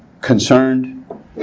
concerned